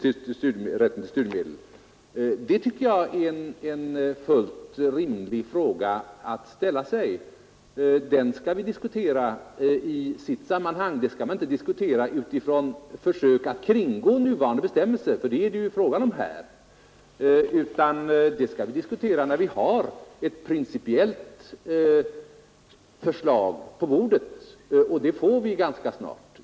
Jag tycker att det är en fullt rimlig fråga att ställa sig. Den skall vi diskutera i sitt sammanhang. Den skall vi inte diskutera utifrån försök att kringgå nuvarande bestämmelser, ty det är det fråga om här, utan det skall vi diskutera när vi har ett principiellt förslag på bordet. Och det får vi ganska snart.